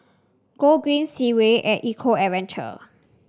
Gogreen Segway at Eco Adventure